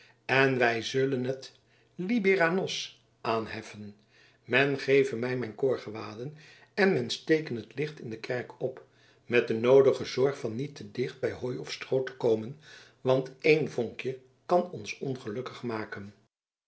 en wij zullen het libera nos aanheffen men geve mij mijn koorgewaden en men steke het licht in de kerk op met de noodige zorg van niet te dicht bij hooi of stroo te komen want een vonkje kan ons ongelukkig maken